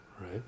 right